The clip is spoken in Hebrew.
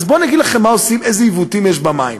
אז בואו נגיד לכם מה עושים, איזה עיוותים יש במים.